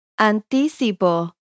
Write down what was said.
anticipo